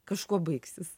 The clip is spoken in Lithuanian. kažkuo baigsis